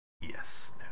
Yes